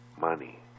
money